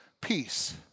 peace